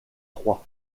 trois